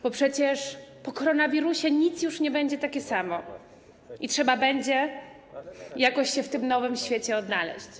Bo przecież po koronawirusie nic już nie będzie takie samo i trzeba będzie jakoś się w tym nowym świecie odnaleźć.